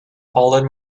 fallen